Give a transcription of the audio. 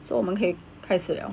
so 我们可以开始了